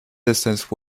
distance